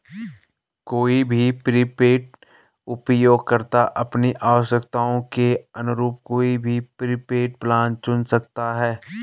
कोई भी प्रीपेड उपयोगकर्ता अपनी आवश्यकताओं के अनुरूप कोई भी प्रीपेड प्लान चुन सकता है